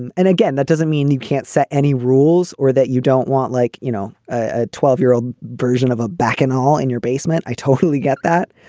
and and again, that doesn't mean you can't set any rules or that you don't want like, you know, a twelve year old version of a back in all in your basement. i totally get that.